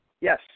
Yes